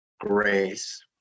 grace